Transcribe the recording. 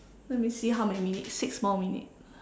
let me see how many minutes six more minutes